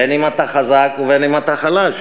בין אם אתה חזק ובין אם אתה חלש,